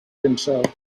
himself